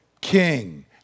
king